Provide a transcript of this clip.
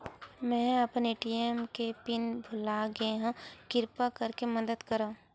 मेंहा अपन ए.टी.एम के पिन भुला गए हव, किरपा करके मदद करव